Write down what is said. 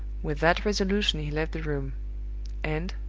with that resolution he left the room and,